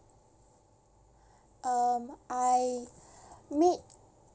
um I made